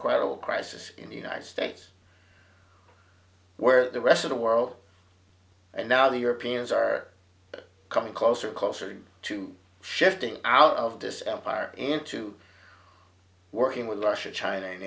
quite all crisis in the united states where the rest of the world and now the europeans are coming closer closer to shifting out of this empire into working with russia china